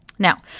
Now